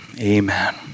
Amen